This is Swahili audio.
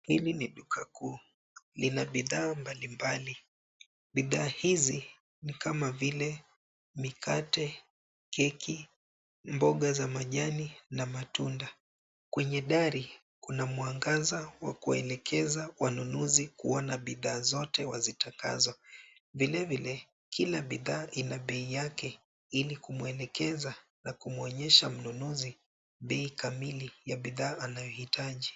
Hili ni duka kuu, lina bidhaa mabalimbali. Bidhaa hizi ni kama vile mikate, keki, mboga za majani na matunda. Kwenye dari kuna mwangaza wa kuwaelekeza wanunuzi kuona bidhaa zote wazitakazo. Vilevile, kila bidhaa ina bei yake ili kumuelekeza na kumuonyesha mnunuzi bei kamili ya bidhaa anayohitaji.